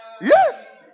Yes